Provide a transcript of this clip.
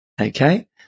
Okay